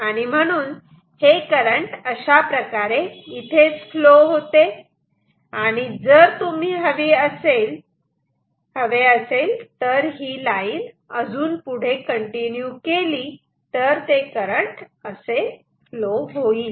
आणि म्हणून हे करंट अशाप्रकारे इथेच फ्लो होते आणि जर तुम्ही हवे असेल तर ही लाइन अजून पुढे कंटिन्यू केली तर ते करंट असे फ्लो होईल